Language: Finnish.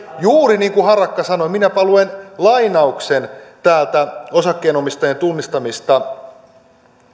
juuri niin kuin harakka sanoi minäpä luen lainauksen täältä osakkeenomistajien tunnistamista